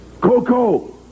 Coco